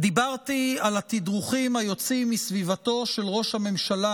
תדרוכים היוצאים מסביבתו של ראש הממשלה